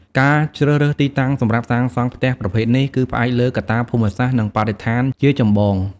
ការជ្រើសរើសទីតាំងសម្រាប់សាងសង់ផ្ទះប្រភេទនេះ គឺផ្អែកលើកត្តាភូមិសាស្ត្រ និងបរិស្ថានជាចម្បង ។